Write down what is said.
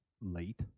late